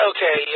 Okay